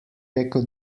rekel